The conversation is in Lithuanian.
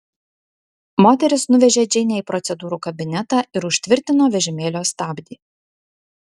moteris nuvežė džeinę į procedūrų kabinetą ir užtvirtino vežimėlio stabdį